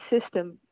system